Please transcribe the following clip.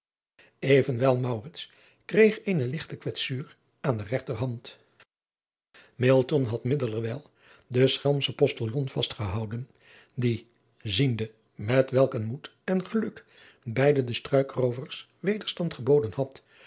venwel kreeg eene ligte kwetsuur aan de regterhand had middelerwijl den schelmschen postiljon vast gehouden die ziende met welk een moed en geluk beide de struikroovers wederstand geboden had